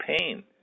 pain